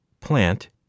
plant